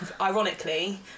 ironically